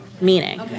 meaning